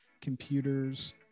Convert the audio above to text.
computers